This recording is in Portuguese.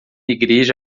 igreja